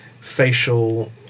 facial